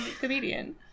comedian